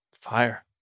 Fire